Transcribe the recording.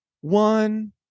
One